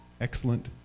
excellent